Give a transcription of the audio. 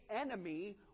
enemy